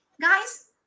guys